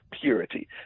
purity